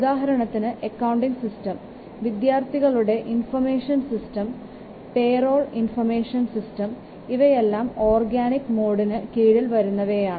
ഉദാഹരണത്തിന് accounting system വിദ്യാർത്ഥികളുടെ information system payroll information system ഇവയെല്ലാം ഓർഗാനിക് മോഡിന് കീഴിൽ വരുന്നവയാണ്